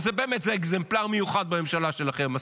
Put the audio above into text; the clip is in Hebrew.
שזה אקסמפלר מיוחד בממשלה שלכם,